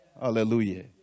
Hallelujah